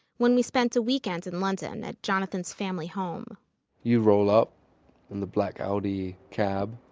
when we spent a weekend in london at jonathan's family home you roll up in the black audi cab.